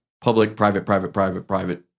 public-private-private-private-private